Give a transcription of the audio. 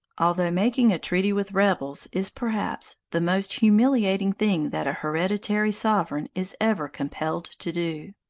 although making a treaty with rebels is perhaps the most humiliating thing that a hereditary sovereign is ever compelled to do.